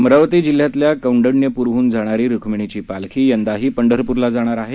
अमरावती जिल्ह्यातल्या कौंडण्यपूरहून जाणारी रुख्मिणीची पालखी यंदाही पंढरपूरला जाणार आहे